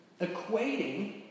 Equating